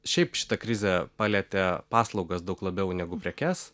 šiaip šita krizė palietė paslaugas daug labiau negu prekes